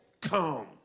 come